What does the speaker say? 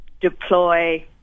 deploy